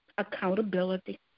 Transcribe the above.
accountability